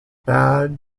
bad